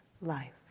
life